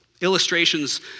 Illustrations